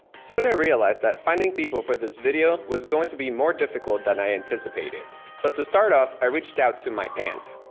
i realized that finding people for this video was going to be more difficult than i anticipated. so to start off i reached out to my aunt.